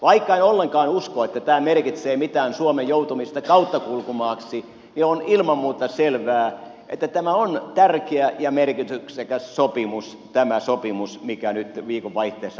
vaikka en ollenkaan usko että tämä merkitsee mitään suomen joutumista kauttakulkumaaksi niin on ilman muuta selvää että tämä on tärkeä ja merkityksekäs sopimus mikä nyt viikonvaihteessa allekirjoitetaan